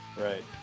Right